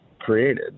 created